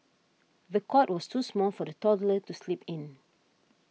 the cot was too small for the toddler to sleep in